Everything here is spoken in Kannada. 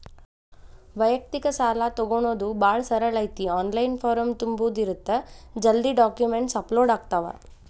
ವ್ಯಯಕ್ತಿಕ ಸಾಲಾ ತೊಗೋಣೊದ ಭಾಳ ಸರಳ ಐತಿ ಆನ್ಲೈನ್ ಫಾರಂ ತುಂಬುದ ಇರತ್ತ ಜಲ್ದಿ ಡಾಕ್ಯುಮೆಂಟ್ಸ್ ಅಪ್ಲೋಡ್ ಆಗ್ತಾವ